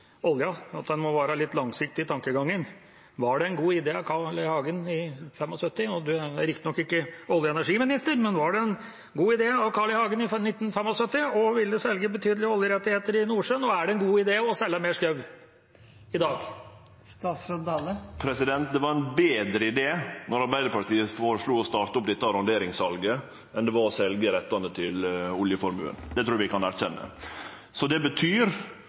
at en må være litt langsiktig i tankegangen. Var det en god idé av Carl I. Hagen i 1975? Du er riktignok ikke olje- og energiminister, men var det en god idé av Carl I. Hagen i 1975 å ville selge betydelige oljerettigheter i Nordsjøen, og er det en god idé å selge mer skau i dag? Det var ein betre idé då Arbeidarpartiet foreslo å starte dette arronderingssalet, enn det var å selje rettene til oljeformuen. Det trur eg vi kan erkjenne. Det betyr